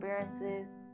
experiences